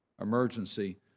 emergency